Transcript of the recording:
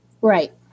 Right